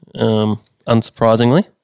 unsurprisingly